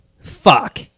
fuck